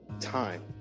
time